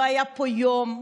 לא היה פה יום,